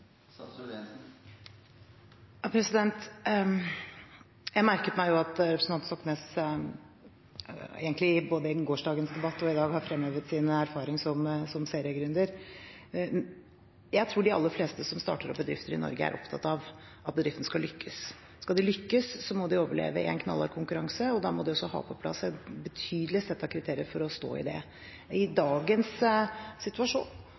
Jeg merket meg at representanten Stoknes egentlig både i gårsdagens debatt og i dag har fremhevet sin erfaring som seriegründer. Jeg tror de aller fleste som starter opp bedrifter i Norge, er opptatt av at bedriften skal lykkes. Skal de lykkes, må de overleve i en knallhard konkurranse, og da må de også ha på plass et betydelig sett av kriterier for å stå i det. I dagens situasjon